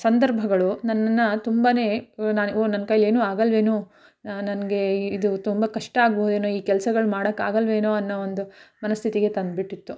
ಸಂದರ್ಭಗಳು ನನ್ನನ್ನು ತುಂಬನೇ ನಾನು ಓ ನನ್ನ ಕೈಯ್ಯಲ್ಲಿ ಏನು ಆಗಲ್ಲವೇನೊ ನನಗೆ ಇದು ತುಂಬ ಕಷ್ಟ ಆಗ್ಬೋದೇನೊ ಈ ಕೆಲ್ಸಗಳು ಮಾಡೋಕ್ಕಾಗೋಲ್ವೇನೊ ಅನ್ನೋ ಒಂದು ಮನಸ್ಥಿತಿಗೆ ತಂದುಬಿಟ್ಟಿತ್ತು